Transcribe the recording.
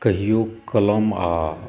कहिओ कलम आ